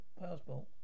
passport